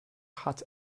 hot